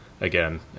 again